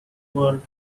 world